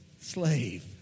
slave